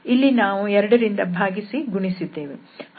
ಇಲ್ಲಿ ನಾವು 2 ರಿಂದ ಭಾಗಿಸಿ ಗುಣಿಸಿದ್ದೇವೆ